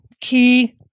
key